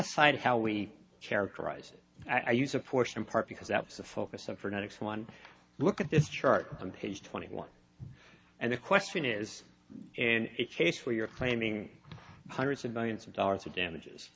aside how we characterize it i use a portion in part because that's the focus of her next one look at this chart on page twenty one and the question is and it's case where you're claiming hundreds of millions of dollars of damages